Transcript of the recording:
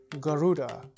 Garuda